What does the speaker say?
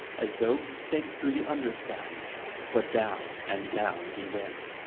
as though he sank through the under-skies but down and down he went.